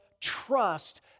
trust